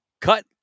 cut